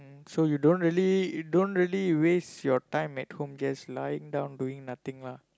so you don't really don't really waste your time at home just lying down doing nothing lah